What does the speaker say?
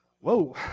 whoa